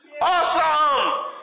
Awesome